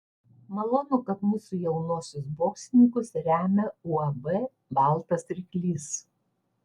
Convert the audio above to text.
malonu kad mūsų jaunuosius boksininkus remia uab baltas ryklys